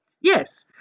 Yes